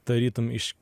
tarytum iš